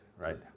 Right